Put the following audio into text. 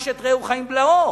איש את רעהו חיים בלעו.